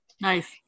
nice